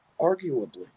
Arguably